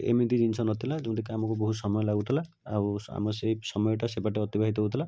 ଏମିତି ଜିନିଷ ନଥିଲା ଯେଉଁଟାକି ଆମକୁ ବହୁତ ସମୟ ଲାଗୁଥିଲା ଆଉ ଆମ ସେ ସମୟଟା ସେ ବାଟେ ଅତିବାହିତ ହେଉଥିଲା